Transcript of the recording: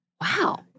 Wow